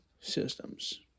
systems